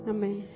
Amen